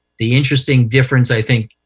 the interesting difference, i think,